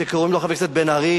שקוראים לו חבר הכנסת בן-ארי,